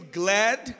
glad